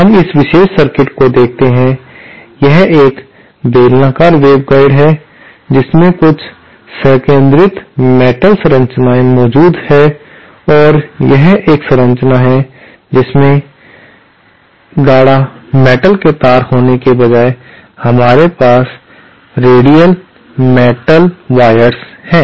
हम इस विशेष सर्किट को देखते हैं यह एक बेलनाकार वेवगाइड है जिसमें कुछ संकेंद्रित मेटल संरचनाएं मौजूद हैं और यह एक और संरचना है जिसमें गाढ़ा मेटल के तार होने के बजाय हमारे पास रेडियल मेटल वायर्स हैं